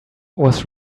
was